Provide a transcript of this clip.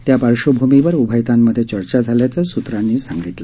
त्या पार्श्वभूमीवर उभयतांमधे चर्चा झाल्याचं सुत्रांनी सांगितलं